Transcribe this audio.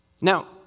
Now